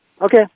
Okay